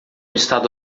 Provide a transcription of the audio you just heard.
estado